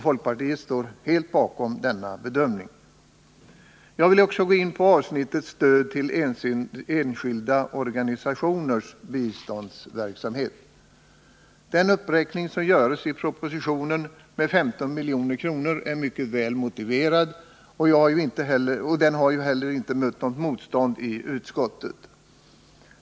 Folkpartiet står helt bakom detta uttalande. Jag vill också gå in på avsnittet Stöd till enskilda organisationers verksamhet. Den uppräkning med 15 milj.kr. som görs i propositionen är mycket väl motiverad, och den har inte heller mött något motstånd i utskottet.